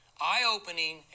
eye-opening